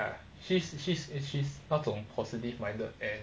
she's she's a she's 那种 positive minded then